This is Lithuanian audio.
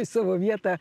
savo vietą